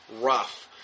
rough